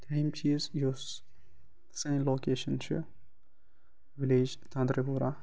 دۄیِم چیٖز یۄس سٲنۍ لوکیشَن چھِ ولیج تانٛترے پورا